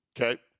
Okay